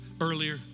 earlier